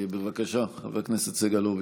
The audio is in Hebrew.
בבקשה, חבר הכנסת סגלוביץ'.